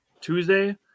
Tuesday